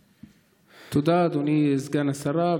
תודה, אדוני סגן השרה.